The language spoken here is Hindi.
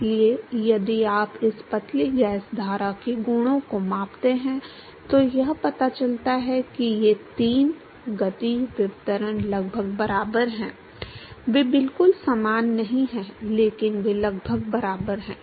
इसलिए यदि आप इस पतली गैस धारा के गुणों को मापते हैं तो यह पता चलता है कि ये तीन गति विवर्तन लगभग बराबर हैं वे बिल्कुल समान नहीं हैं लेकिन वे लगभग बराबर हैं